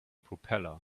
propeller